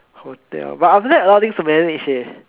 hotel but after that a lot of things to manage eh